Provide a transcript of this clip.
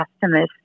customers